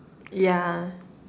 yeah